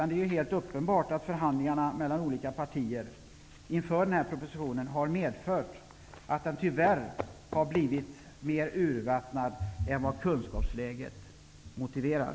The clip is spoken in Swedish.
Det är helt uppenbart att förhandlingarna mellan olika partier inför denna proposition har medfört att den tyvärr har blivit mer urvattnad än vad kunskapsläget motiverar.